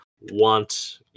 want